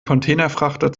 containerfrachter